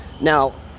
Now